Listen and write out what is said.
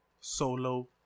Solo